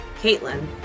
Caitlin